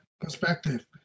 perspective